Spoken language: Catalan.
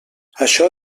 això